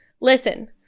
listen